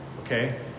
Okay